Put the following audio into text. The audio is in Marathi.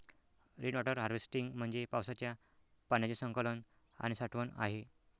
रेन वॉटर हार्वेस्टिंग म्हणजे पावसाच्या पाण्याचे संकलन आणि साठवण आहे